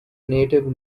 native